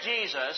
Jesus